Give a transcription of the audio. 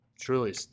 truly